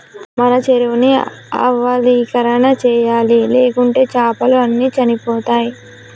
మన చెరువుని లవణీకరణ చేయాలి, లేకుంటే చాపలు అన్ని చనిపోతయ్